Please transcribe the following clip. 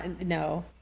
no